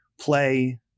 play